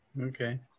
Okay